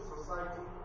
Society